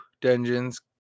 dungeons